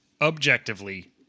objectively